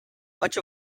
much